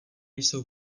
jsou